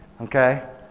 okay